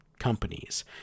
Companies